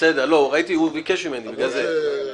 הוא ביקש ממני, בגלל זה.